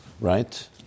right